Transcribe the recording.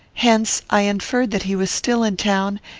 hence, i inferred that he was still in town,